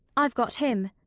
i've got him.